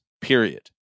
period